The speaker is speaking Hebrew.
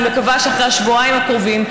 אני מקווה שאחרי השבועיים הקרובים,